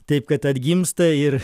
taip kad atgimsta ir